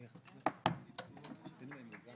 הישיבה ננעלה